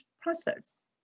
process